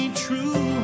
true